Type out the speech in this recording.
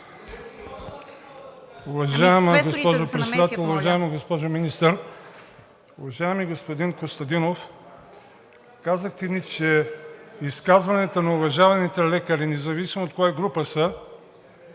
Уважаеми господин Костадинов, казахте ни, че изказванията на уважаваните лекари, независимо от коя група са,